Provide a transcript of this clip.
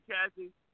Cassie